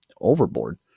overboard